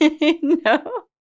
No